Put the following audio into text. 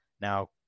Now